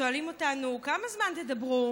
שואלים אותנו: כמה זמן תדברו?